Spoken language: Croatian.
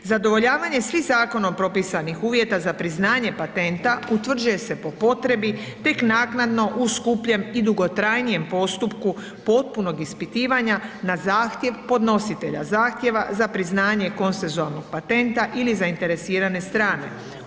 Zadovoljavanje svih zakonom propisanih uvjeta za priznanje patenta utvrđuje se po potrebi tek naknadno u skupljem i dugotrajnijem postupku potpunog ispitivanja na zahtjev podnositelja zahtjeva za priznanje konsensualnog patenta ili zainteresirane strane.